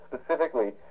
specifically